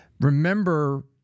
Remember